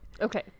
okay